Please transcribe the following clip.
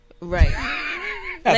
Right